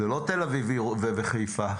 תל-אביב וחיפה.